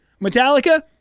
Metallica